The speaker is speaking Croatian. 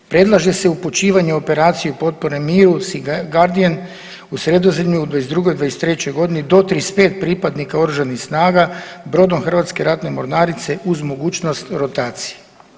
Predlaže se upućivanje operacije potpore miru „SEA GUARDIAN“ u Sredozemlju u '22. i '23.g. do 35 pripadnika oružanih snaga brodom Hrvatske ratne mornarice uz mogućnost rotacije.